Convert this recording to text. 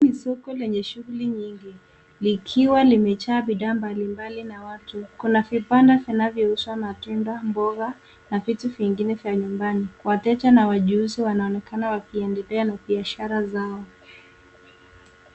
Hii ni soko lenye shughuli nyingi likiwa limejaa bidhaa mbalimbali na watu. Kuna vibanda vinavyouza matunda mboga na vitu vingine vya nyumbani. Wateja na wachuuzi wanaonekana wakiendelea na biashara zao.